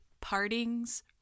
partings